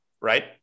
Right